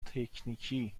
تکنیکی